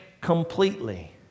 completely